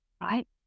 right